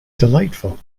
delightful